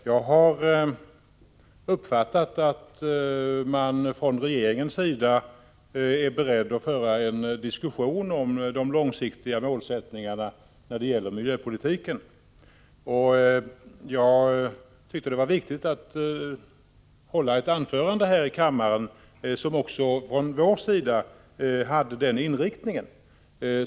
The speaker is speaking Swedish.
Herr talman! Jag har uppfattat att man från regeringens sida är beredd att föra en diskussion om de långsiktiga målsättningarna för miljöpolitiken. Jag tyckte därför att det var viktigt att hålla ett anförande här i kammaren som avspeglade vår syn på en sådan inriktning.